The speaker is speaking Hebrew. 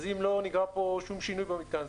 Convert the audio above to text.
אז אם לא נגרע פה שום שינוי במיתקן,